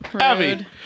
Abby